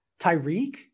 Tyreek